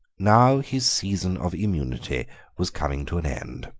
now his season of immunity was coming to an end.